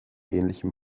ähnlichem